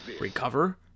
Recover